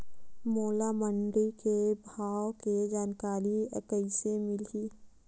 मोला मंडी के भाव के जानकारी कइसे मिलही?